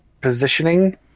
positioning